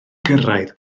gyrraedd